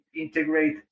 integrate